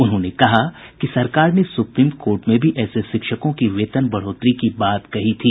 उन्होंने कहा कि सरकार ने सुप्रीम कोर्ट में भी ऐसे शिक्षकों की वेतन बढ़ोतरी की बात कही थी